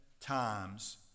times